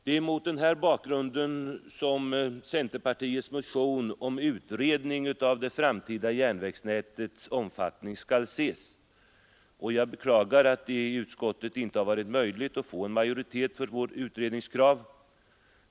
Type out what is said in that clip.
Det är mot den här bakgrunden som centerpartiets motion om utredning av det framtida järnvägsnätets omfattning skall ses, och jag beklagar att det i utskottet inte har varit möjligt att få en majoritet för vårt utredningskrav.